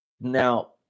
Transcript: Now